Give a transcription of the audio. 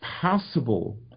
possible